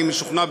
אני משוכנע,